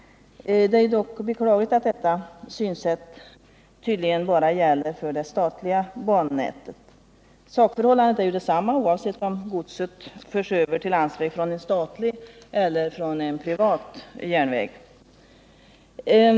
Det är dock beklagligt att detta synsätt tydligen bara gäller det statliga bannätet. Sakförhållandena är ju desamma oavsett om godset förs över till landsväg från en statlig eller en privat järnväg.